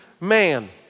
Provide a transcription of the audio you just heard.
man